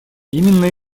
именно